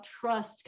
trust